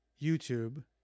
youtube